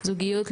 זוגיות,